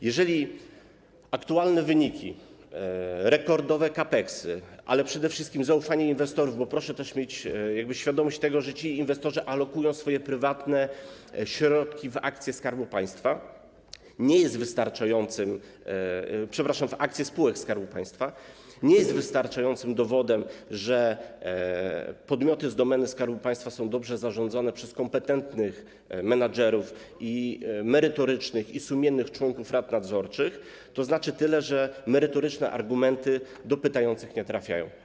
Jeżeli aktualne wyniki, rekordowe wydatki CAPEX, ale przede wszystkim zaufanie inwestorów - bo proszę mieć świadomość tego, że ci inwestorzy alokują swoje prywatne środki w akcje Skarbu Państwa, przepraszam, w akcje spółek Skarbu Państwa - nie są wystarczającym dowodem, że podmioty z domeny Skarbu Państwa są dobrze zarządzane przez kompetentnych menedżerów, merytorycznych i sumiennych członków rad nadzorczych, to znaczy to tyle, że merytoryczne argumenty do pytających nie trafiają.